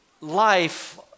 life